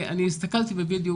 אני הסתכלתי בווידאו,